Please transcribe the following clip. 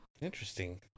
Interesting